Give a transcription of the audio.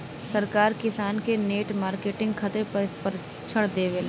सरकार किसान के नेट मार्केटिंग खातिर प्रक्षिक्षण देबेले?